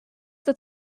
that